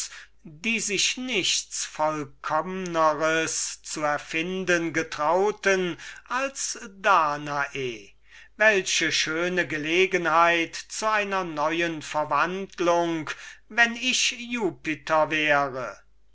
welche sich nichts vollkommners zu erfinden getrauten als danae welche schöne gelegenheit zu einer neuen verwandlung wenn ich jupiter wäre